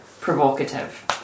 provocative